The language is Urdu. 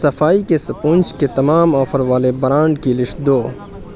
صفائی کے سپونج کے تمام آفر والے برانڈ کی لیسٹ دو